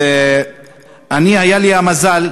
אז אני היה לי המזל